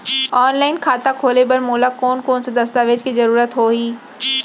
Online खाता खोले बर मोला कोन कोन स दस्तावेज के जरूरत होही?